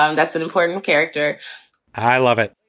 um that's an important character i love it.